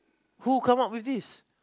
who come up with this